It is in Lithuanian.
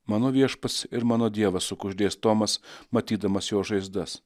mano viešpats ir mano dievas sukuždės tomas matydamas jo žaizdas